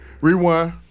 rewind